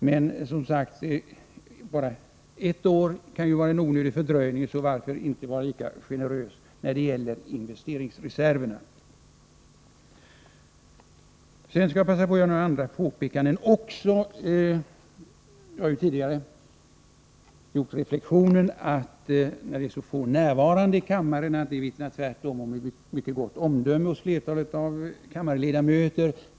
Men enbart ett års fördröjning kan vara onödig, så varför inte vara lika generös när det gäller investeringsreserverna? Låt mig sedan göra några andra påpekanden. Jag har tidigare gjort reflexionen, att den omständigheten att så få är närvarande i kammaren vittnar om mycket gott omdöme hos kammarledamöterna.